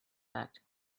fact